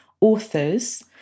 authors